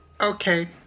Okay